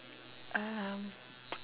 um